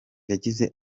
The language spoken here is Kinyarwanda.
yagize